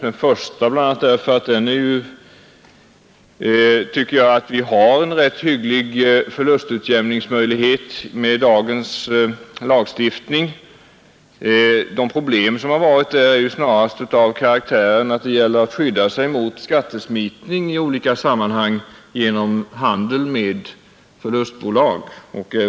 Att jag inte kunnat biträda reservationen 1 beror på att jag tycker att vi med dagens lagstiftning har en rätt hygglig förlustutjämningsmöjlighet. De problem som funnits har snarast bestått i att det gäller att skydda sig mot skattesmitning i olika sammanhang genom handeln med förlustbolag.